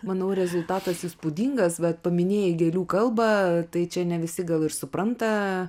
manau rezultatas įspūdingas bet paminėjai gėlių kalbą tai čia ne visi gal ir supranta